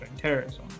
terrorism